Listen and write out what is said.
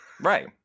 Right